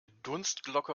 dunstglocke